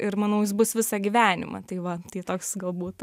ir manau jis bus visą gyvenimą tai va tai toks gal būtų